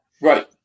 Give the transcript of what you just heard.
Right